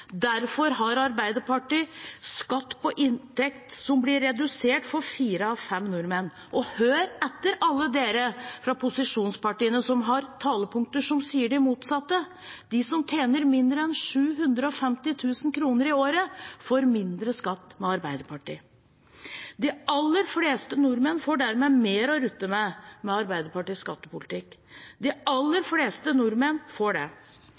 Derfor reduserer Arbeiderpartiet skatt på inntekt for fire av fem nordmenn. Og hør etter, alle fra posisjonspartiene som har talepunkter som sier det motsatte: De som tjener mindre enn 750 000 kr i året, får mindre skatt med Arbeiderpartiet. De aller fleste nordmenn får dermed mer å rutte med med Arbeiderpartiets skattepolitikk – de aller fleste nordmenn får det. De vil få økt minstefradrag – fordi det